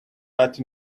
but